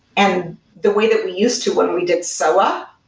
and the way that we used to when we did so um ah